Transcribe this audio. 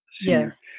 Yes